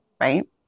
right